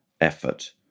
effort